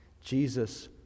Jesus